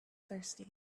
thirsty